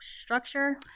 structure